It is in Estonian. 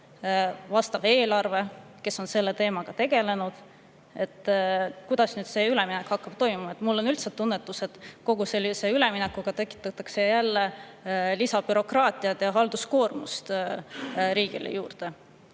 vastav eelarve, nad on selle teemaga tegelenud. Kuidas see üleminek hakkab toimuma? Mul on tunnetus, et kogu sellise üleminekuga tekitatakse jälle bürokraatiat ja halduskoormust riigile juurde.